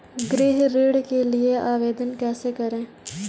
गृह ऋण के लिए आवेदन कैसे करें?